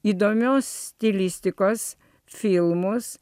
įdomios stilistikos filmus